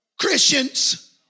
Christians